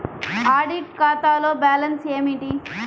Audit ఖాతాలో balance ఏమిటీ?